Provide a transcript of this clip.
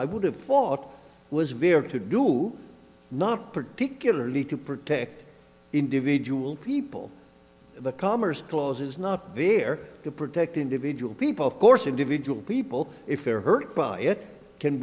i would have thought was very to do not particularly to protect individual people the commerce clause is not there to protect individual people of course individual people if they're hurt by it can